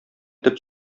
төп